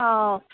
ও